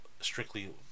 Strictly